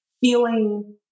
feeling